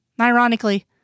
Ironically